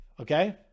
okay